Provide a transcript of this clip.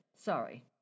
sorry